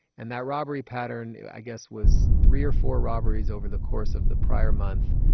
and that robbery pattern, i guess, was three or four robberies over the course of the prior month,